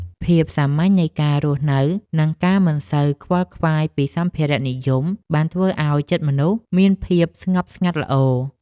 ភាពសាមញ្ញនៃការរស់នៅ និងការមិនសូវខ្វល់ខ្វាយពីសម្ភារៈនិយម បានធ្វើឱ្យចិត្តមនុស្សមានភាពស្ងប់ស្ងាត់ល្អ។